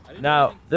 Now